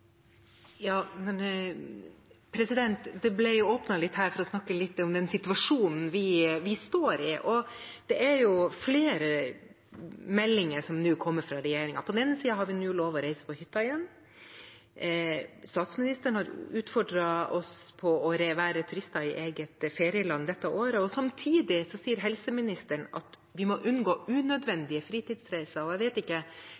snakke litt om den situasjonen vi står i. Det er flere meldinger som nå kommer fra regjeringen. På den ene siden har vi nå lov til å reise på hytta igjen. Statsministeren har utfordret oss på å være turister i eget ferieland dette året. Samtidig sier helseministeren at vi må unngå unødvendige fritidsreiser. Jeg vet ikke